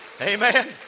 Amen